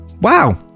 wow